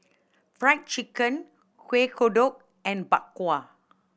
Fried Chicken Kueh Kodok and Bak Kwa